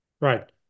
Right